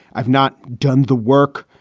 i've not done the work.